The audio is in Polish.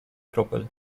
kropel